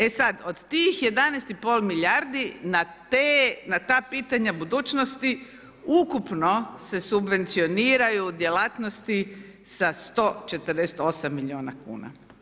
E sada od tih 11,5 milijardi na ta pitanja budućnosti ukupno se subvencioniraju djelatnosti sa 148 milijuna kuna.